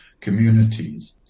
communities